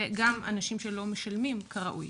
וגם אנשים שלא משלמים כראוי.